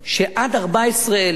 שעד 14,000